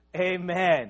amen